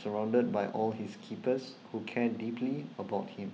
surrounded by all his keepers who care deeply about him